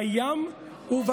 לה, באוויר, בים וביבשה.